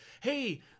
hey